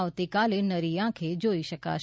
આવતીકાલે નરી આંખે જોઇ શકાશે